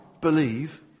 believe